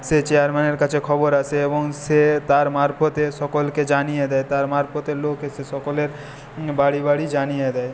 সে চেয়ারম্যানের কাছে খবর আসে এবং সে তার মারফতে সকলকে জানিয়ে দেয় তার মারফতের লোক এসে সকলের বাড়ি বাড়ি জানিয়ে দেয়